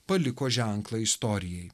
paliko ženklą istorijai